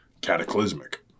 cataclysmic